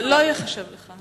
לא ייחשב לך.